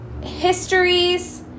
histories